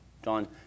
John